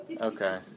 Okay